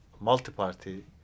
multi-party